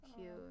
cute